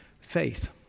faith